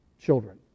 children